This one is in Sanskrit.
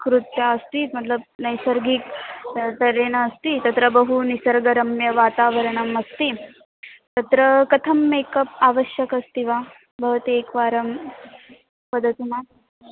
कृतम् अस्ति मत्लब् नैसर्गिकं स्तरेण अस्ति तत्र बहु निसर्गरम्यवातावरणम् अस्ति तत्र कथं मेकप् आवश्यकम् अस्ति वा भवती एकवारं वदतु न